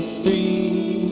free